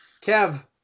Kev